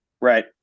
Right